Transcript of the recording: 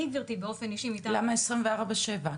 למה עשרים וארבע/שבע?